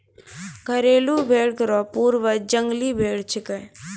घरेलू भेड़ केरो पूर्वज जंगली भेड़ छिकै